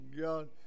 God